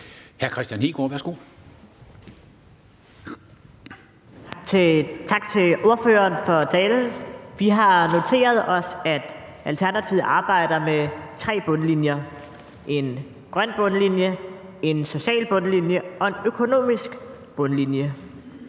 Kristian Hegaard (RV): Tak til ordføreren for talen. Vi har noteret os, at Alternativet arbejder med tre bundlinjer: en grøn bundlinje, en social bundlinje og en økonomisk bundlinje.